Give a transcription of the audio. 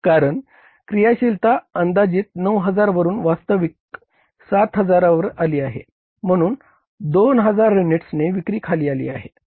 कारण क्रियाशीलता अंदाजित 9000 वरून वास्तविक 7000 आली आहे म्हणून 2000 युनिट्सने विक्री खाली आली आहे